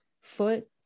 foot